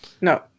No